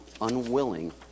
unwilling